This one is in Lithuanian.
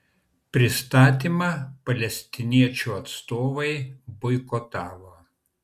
pristatymą palestiniečių atstovai boikotavo